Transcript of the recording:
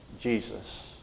Jesus